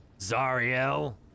zariel